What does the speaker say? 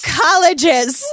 colleges